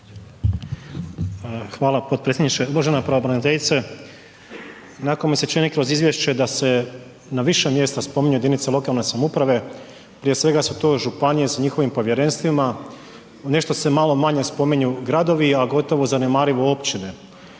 Hvala potpredsjedniče. Uvažena pravobraniteljice. Onako mi se čini kroz izvješće da se na više mjesta spominju jedinice lokalne samouprave, prije svega su to županije s njihovim povjerenstvima, nešto se malo manje spominju gradovi a gotovo zanemarivo općine.